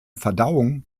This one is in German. verdauung